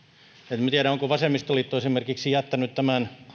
en minä tiedä onko vasemmistoliitto esimerkiksi jättänyt tämän